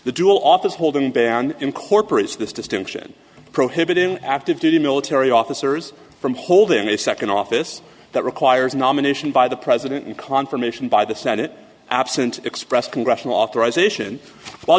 the dual office holding ban incorporates this distinction prohibiting active duty military officers from holding a second office that requires nomination by the president and confirmation by the senate absent express congressional authorization w